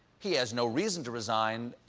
he has no reason to resign,